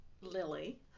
Lily